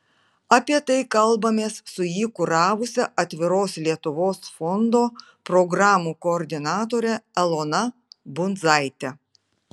apie tai kalbamės su jį kuravusia atviros lietuvos fondo programų koordinatore elona bundzaite